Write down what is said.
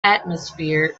atmosphere